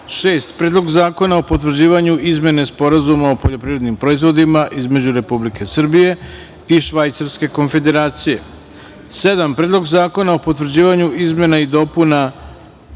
Predlog zakona o potvrđivanju Izmene Sporazuma o poljoprivrednim proizvodima između Republike Srbije i Švajcarske Konfederacije, koji je podnela Vlada;7. Predlog zakona o potvrđivanju izmena i dopuna